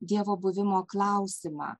dievo buvimo klausimą